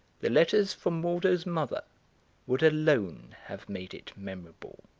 the letters from waldo's mother would alone have made it memorable.